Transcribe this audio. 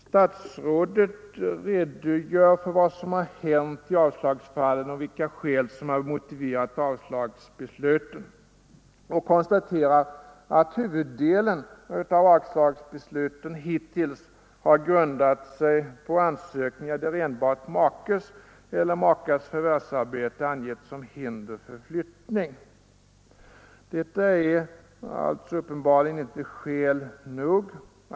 Statsrådet redogör för vad som har hänt i avslagsfallen, vilka skäl som motiverat avslagsbesluten, och konstaterar att huvuddelen av avslagsbesluten hittills har grundat sig på ansökningar, där enbart makes eller makas förvärvsarbete angetts som hinder för flyttning. Detta är uppenbarligen inte skäl nog.